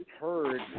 heard